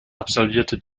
absolvierte